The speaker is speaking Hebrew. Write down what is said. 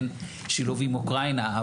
שילוב עם אוקראינה.